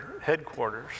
headquarters